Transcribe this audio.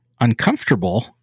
uncomfortable